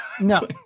No